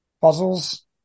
puzzles